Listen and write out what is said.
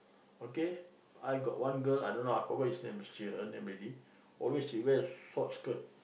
okay I got one girl I don't know I forgot his name she her name already always she wear short skirt